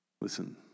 Listen